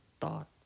thought